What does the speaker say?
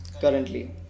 currently